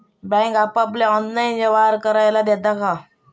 Bank आपल्याला online व्यवहार करायला देता काय?